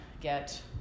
get